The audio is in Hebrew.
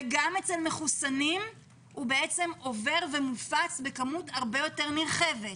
וגם אצל מחוסנים עובר ומופץ בכמות הרבה יותר נרחבת.